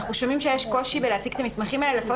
אנחנו שומעים שיש קושי בהשגת המסמכים האלה,